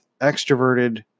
extroverted